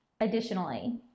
Additionally